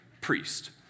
priest